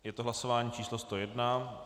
Je to hlasování číslo 101.